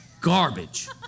garbage